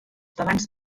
tebans